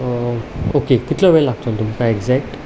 okay कितलो वेळ लागतलो तुमकां एग्जेक्ट